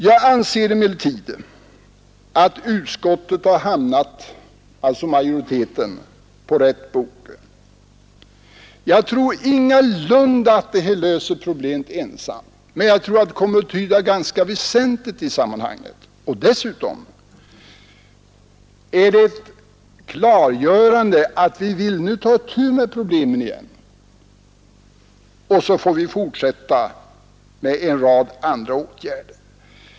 Jag anser emellertid att utskottsmajoriteten har hamnat på rätt bog. Jag tror ingalunda att detta löser problemet ensamt, men jag tror att det kommer att betyda något ganska väsentligt i sammanhanget. Dessutom klargör det att vi nu vill ta itu med problemen igen. Så får vi fortsätta med en rad andra åtgärder.